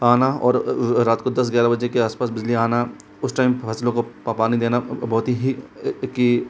आना और रात को दस ग्यारह बजे के आस पास बिजली आना उस टाइम फ़सलों को पानी देना बहुत ही कि